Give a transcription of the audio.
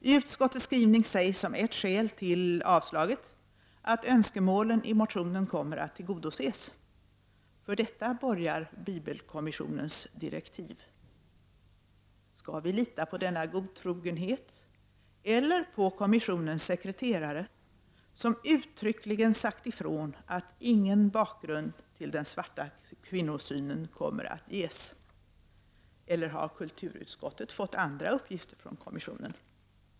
I utskottets skrivning nämns som ett skäl till avslagsyrkandet att önskemålet i motionen kommer att tillgodoses, för detta borgar bibelkommissionens direktiv. Skall vi lita på denna godtrogenhet eller på kommissionens sekreterare, som uttryckligen sagt ifrån att ingen bakgrund till den svarta kvinnosynen kommer att ges? Eller har kulturutskottet fått andra uppgifter från kommissionen?